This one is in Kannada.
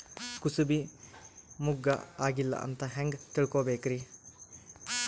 ಕೂಸಬಿ ಮುಗ್ಗ ಆಗಿಲ್ಲಾ ಅಂತ ಹೆಂಗ್ ತಿಳಕೋಬೇಕ್ರಿ?